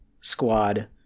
squad